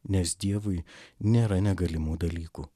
nes dievui nėra negalimų dalykų